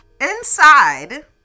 Inside